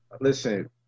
Listen